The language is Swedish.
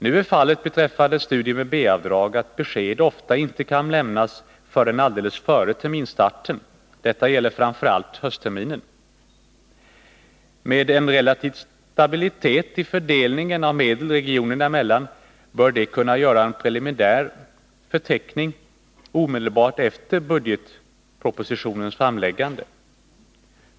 Nu är fallet beträffande studier med B-avdrag att besked ofta inte kan lämnas förrän alldeles före terminsstarten — detta gäller framför allt höstterminen. Med en relativ stabilitet i fördelningen av medel regionerna emellan bör dessa kunna göra en preliminär fördelning omedelbart efter budgetpropositionens framläggande.